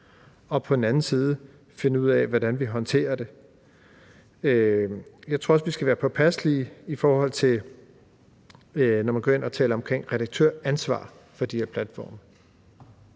og på den anden side finde ud af, hvordan vi håndterer det. Jeg tror også, vi skal være påpasselige, når man går ind og taler om redaktøransvar for de her platforme.